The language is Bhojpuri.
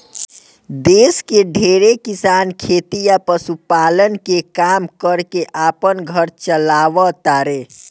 देश के ढेरे किसान खेती आ पशुपालन के काम कर के आपन घर चालाव तारे